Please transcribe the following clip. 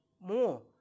more